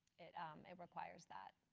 it um it requires that.